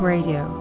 Radio